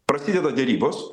prasideda derybos